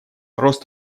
рост